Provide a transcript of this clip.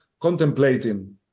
contemplating